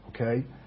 Okay